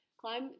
Climb